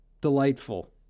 delightful